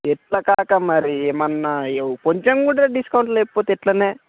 ఎట్లా కాకా మరి ఏమన్నా కొంచెం కూడా డిస్కౌంట్ లేకపోతే ఎట్లనే